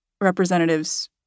representatives